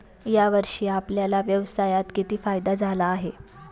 या वर्षी आपल्याला व्यवसायात किती फायदा झाला आहे?